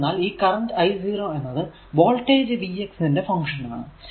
എന്തെന്നാൽ ഈ current i 0 എന്നത് വോൾടേജ് vx ന്റെ ഫങ്ക്ഷൻ ആണ്